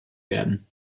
werden